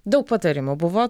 daug patarimų buvo